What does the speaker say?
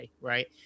right